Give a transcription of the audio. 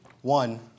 one